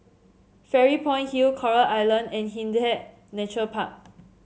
Fairy Point Hill Coral Island and Hindhede Nature Park